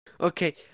Okay